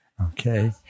Okay